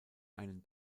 einen